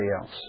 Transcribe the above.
else